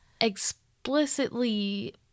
explicitly